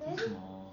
move on